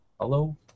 Hello